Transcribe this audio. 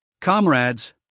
comrades